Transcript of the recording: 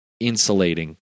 insulating